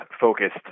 focused